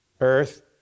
earth